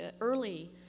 early